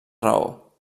raó